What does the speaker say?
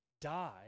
die